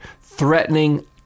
threatening